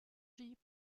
jeep